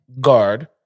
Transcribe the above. guard